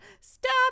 stop